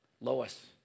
Lois